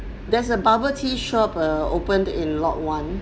there's a bubble tea shop err opened in lot one